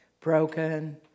broken